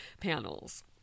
panels